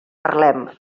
parlem